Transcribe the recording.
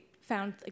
found